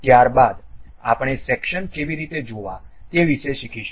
ત્યારબાદ આપણે સેક્શન કેવી રીતે જોવા તે વિશે શીખીશું